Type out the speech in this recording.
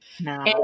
No